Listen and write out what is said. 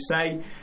say